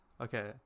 Okay